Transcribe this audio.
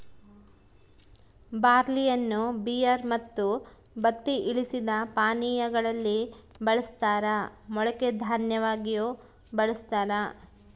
ಬಾರ್ಲಿಯನ್ನು ಬಿಯರ್ ಮತ್ತು ಬತ್ತಿ ಇಳಿಸಿದ ಪಾನೀಯಾ ಗಳಲ್ಲಿ ಬಳಸ್ತಾರ ಮೊಳಕೆ ದನ್ಯವಾಗಿಯೂ ಬಳಸ್ತಾರ